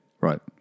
Right